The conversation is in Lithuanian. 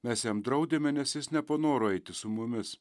mes jam draudėme nes jis nepanoro eiti su mumis